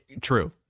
True